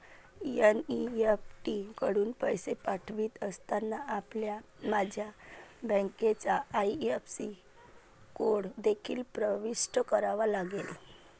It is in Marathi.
एन.ई.एफ.टी कडून पैसे पाठवित असताना, आपल्याला माझ्या बँकेचा आई.एफ.एस.सी कोड देखील प्रविष्ट करावा लागेल